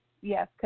Yes